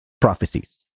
prophecies